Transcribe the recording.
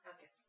Okay